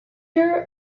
her